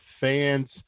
fans